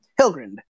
Hilgrind